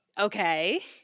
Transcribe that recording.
Okay